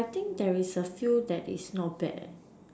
but I think there is a few that is not bad